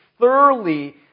thoroughly